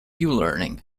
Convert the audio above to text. learning